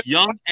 Young